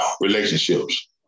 relationships